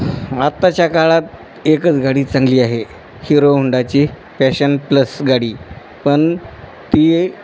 आत्ताच्या काळात एकच गाडी चांगली आहे हिरो होंडाची पॅशन प्लस गाडी पण ती